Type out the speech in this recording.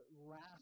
last